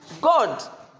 God